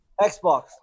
Xbox